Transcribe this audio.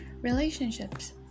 relationships